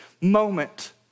moment